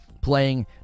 playing